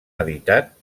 editat